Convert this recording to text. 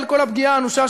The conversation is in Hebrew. על כל הפגיעה האנושה,